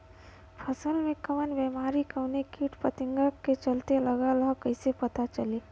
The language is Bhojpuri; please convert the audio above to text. फसल में कवन बेमारी कवने कीट फतिंगा के चलते लगल ह कइसे पता चली?